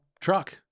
truck